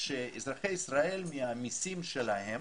שאזרחי ישראל מהמסים שלהם